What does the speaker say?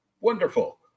wonderful